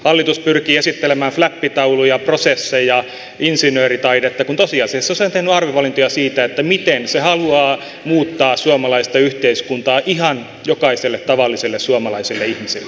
hallitus pyrkii esittelemään fläppitauluja prosesseja insinööritaidetta kun tosiasiassa se on tehnyt arvovalintoja siinä miten se haluaa muuttaa suomalaista yhteiskuntaa ihan jokaiselle tavalliselle suomalaiselle ihmiselle